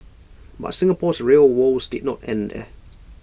but Singapore's rail woes did not end there